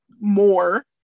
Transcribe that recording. more